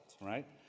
right